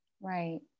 right